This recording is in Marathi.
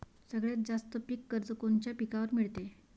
सगळ्यात जास्त पीक कर्ज कोनच्या पिकावर मिळते?